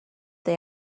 they